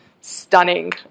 stunning